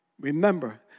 Remember